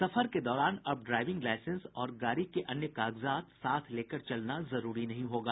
सफर के दौरान अब ड्राइविंग लाईसेंस और गाड़ी के अन्य कागजात साथ लेकर चलना जरूरी नहीं होगा